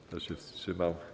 Kto się wstrzymał?